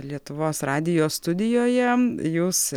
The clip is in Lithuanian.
lietuvos radijo studijoje jūs